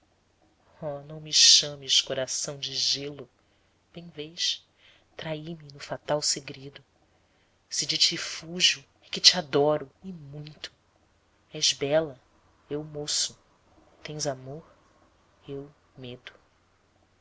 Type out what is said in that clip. oh não me chames coração de gelo bem vês traí me no fatal segredo se de ti fujo é que te adoro e muito és bela eu moço tens amor eu medo